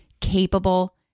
capable